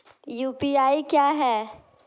UPI क्या है?